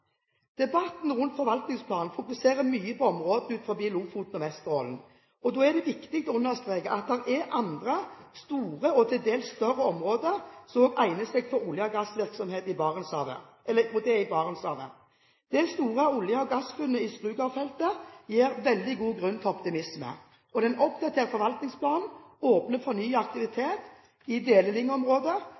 Debatten rundt forvaltningsplanen fokuserer mye på områdene utenfor Lofoten og Vesterålen. Da er det viktig å understreke at det er andre store og til dels større områder i Barentshavet som egner seg for olje- og gassvirksomhet. Det store olje- og gassfunnet på Skrugard-feltet gir veldig god grunn til optimisme. Den oppdaterte forvaltningsplanen åpner for ny aktivitet i